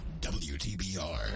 WTBR